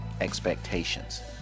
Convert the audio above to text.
expectations